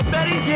Betty